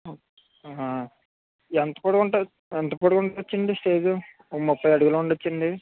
అ హ ఎంత పోడువుంటది ఎంత పోడువు వుండచు అండి స్టేజు ఒక ముప్పై అడుగులు ఉండచండి